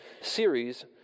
series